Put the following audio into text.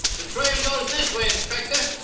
the trail goes this way, inspector.